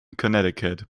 connecticut